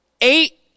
eight